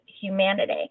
humanity